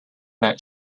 that